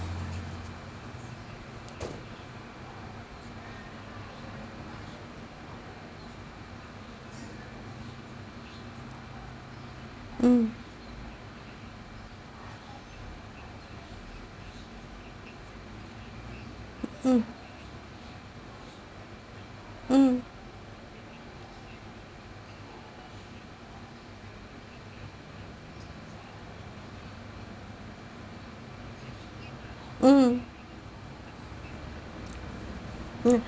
mm mm mm mm mm